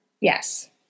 yes